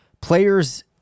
players